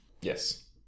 Yes